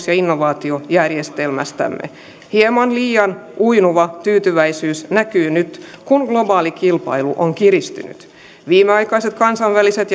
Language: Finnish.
ja innovaatiojärjestelmästämme hieman liian uinuva tyytyväisyys näkyy nyt kun globaali kilpailu on kiristynyt viimeaikaiset kansainväliset